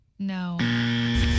No